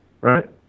right